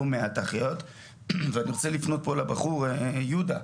מעט החייאות ואני רוצה לפנות פה לבחור יהודה,